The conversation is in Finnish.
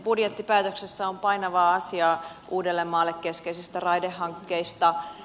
budjettipäätöksissä on painavaa asiaa uudellemaalle keskeisistä raidehankkeista